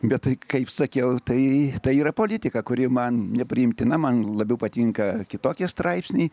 bet tai kaip sakiau tai yra politika kuri man nepriimtina man labiau patinka kitokie straipsniai